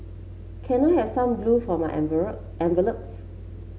can I have some glue for my envelopes